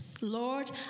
Lord